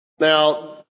Now